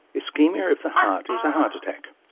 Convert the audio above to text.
ischemia of the heart is a heart attack,